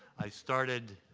i started